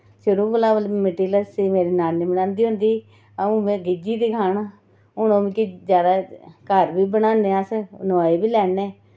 शुरू कोला मिट्ठी लस्सी मेरी नानी बनांदी होंदी ही अ'ऊं मैं गिज्झी दी खाना हुन मिकी ज्यादा घर बी बनाने अस नुआई बी लैने